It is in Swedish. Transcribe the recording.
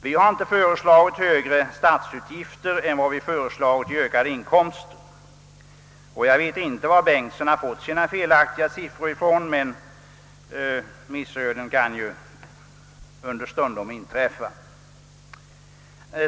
Vi har inte föreslagit högre statsutgifter än vad vi föreslagit i ökade inkomster. Jag vet inte var herr Bengtsson i Varberg har fått sina felaktiga siffror ifrån men missöden kan ju understundom inträffa.